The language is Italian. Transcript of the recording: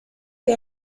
che